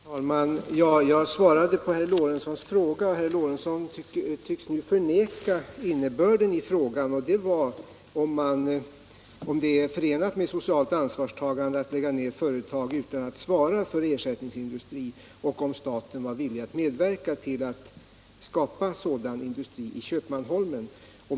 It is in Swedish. Herr talman! Jag svarade på herr Lorentzons i Kramfors fråga, men han tycks nu förneka innebörden i denna, nämligen om det är förenat med socialt ansvarstagande att lägga ned företag utan att svara för ersättningsindustri och om staten är villig att medverka till att skapa sådan industri i Köpmanholmen.